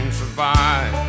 survive